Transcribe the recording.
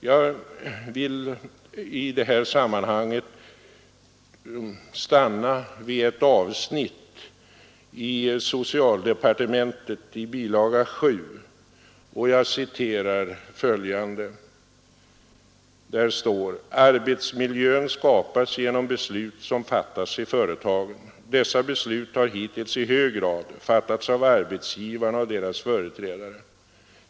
Jag vill i det här sammanhanget stanna vid ett avsnitt i statsverkspropositionens bilaga 7, den som gäller socialdepartementet: ”Arbetsmiljön skapas genom beslut som fattas i företagen. Dessa beslut har hittills i hög grad fattats av arbetsgivarna och deras företrädare.